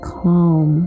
calm